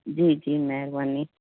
जी जी महिरबानी